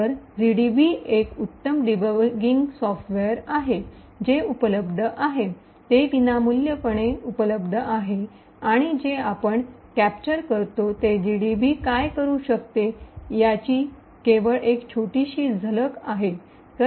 तर जीडीबी एक उत्तम डीबगिंग सॉफ्टवेअर आहे जे उपलब्ध आहे ते विनामूल्यपणे उपलब्ध आहे आणि जे आपण कॅप्चर करतो ते जीडीबी काय करू शकते याची केवळ एक छोटीशी झलक आहे